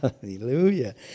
Hallelujah